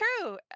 True